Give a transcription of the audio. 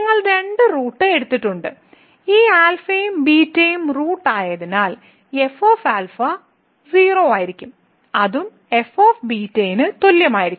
നിങ്ങൾ രണ്ട് റൂട്ട് എടുത്തിട്ടുണ്ട് ഈ ആൽഫയും ബീറ്റയും റൂട്ട് ആയതിനാൽ f α 0 ആയിരിക്കും അതും f β ന് തുല്യമായിരിക്കും